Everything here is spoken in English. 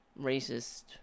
racist